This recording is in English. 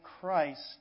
Christ